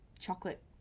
chocolate